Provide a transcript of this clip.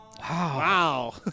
Wow